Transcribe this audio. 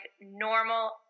normal